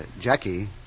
Jackie